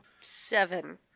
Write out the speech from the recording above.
Seven